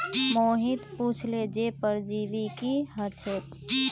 मोहित पुछले जे परजीवी की ह छेक